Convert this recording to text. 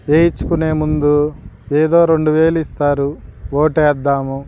వేయించుకునే ముందు ఏదో రెండు వేలు ఇస్తారు ఓటు వేద్దాము